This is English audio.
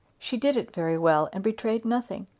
she did it very well, and betrayed nothing.